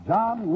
John